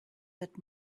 that